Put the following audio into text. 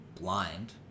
blind